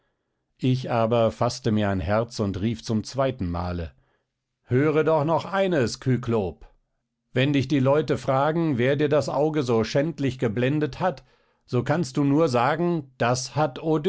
ich aber faßte mir ein herz und rief zum zweitenmale höre doch noch eines kyklop wenn dich die leute fragen wer dir das auge so schändlich geblendet hat so kannst du nur sagen das hat